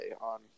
on